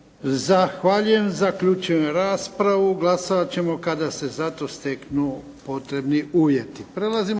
Zahvaljujem. Zaključujem raspravu. Glasovat ćemo kada se za to steknu potrebni uvjeti.